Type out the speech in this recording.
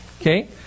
Okay